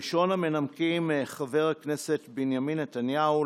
ראשון המנמקים, חבר הכנסת בנימין נתניהו.